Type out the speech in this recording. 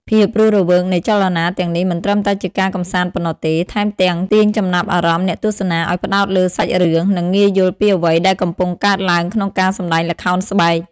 ភាពរស់រវើកនៃចលនាទាំងនេះមិនត្រឹមតែជាការកម្សាន្តប៉ុណ្ណោះទេ ថែមទាំងទាញចំណាប់អារម្មណ៍អ្នកទស្សនាឲ្យផ្តោតលើសាច់រឿង និងងាយយល់ពីអ្វីដែលកំពុងកើតឡើងក្នុងការសម្ដែងល្ខោនស្បែក។